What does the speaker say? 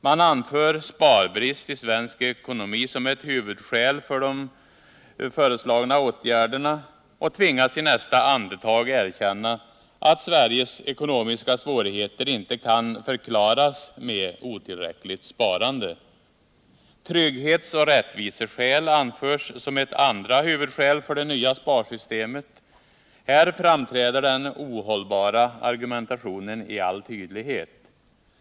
Man anför sparbrist i svensk ekonomi som ett huvudskäl för de förslagna åtgärderna och tvingas i nästa andetag erkänna att Sveriges ekonomiska svårigheter inte kan förklaras med otillräckligt sparande. Trygghet och rättvisa anförs som ett andra huvudskäl för det nya sparsystemet. Här framträder den ohållbara argumentationen i all tydlighet.